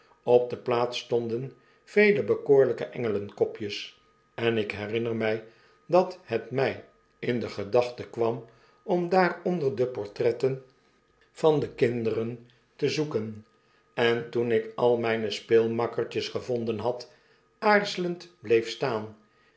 op de plaat stonden vele bekoorlijke engelenkopjes en ik herinner mij dat het mij in de gedachten kwam om daaronder de portretten van de kinderen te zpeken en toen ik al mijne speelmakkertjes gevonden had aarzelend bleef staan